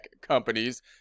companies